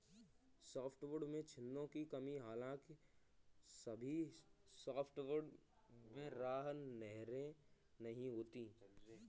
softwood में छिद्रों की कमी हालांकि सभी सॉफ्टवुड में राल नहरें नहीं होती है